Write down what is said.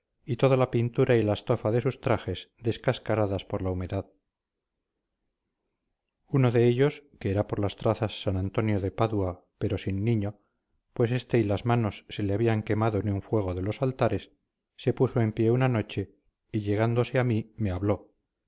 y toda la pintura y la estofa de sus trajes descascaradas por la humedad uno de ellos que era por las trazas san antonio de padua pero sin niño pues este y las manos se le habían quemado en un fuego de los altares se puso en pie una noche y llegándose a mí me habló